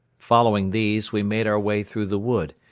following these, we made our way through the wood,